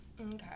Okay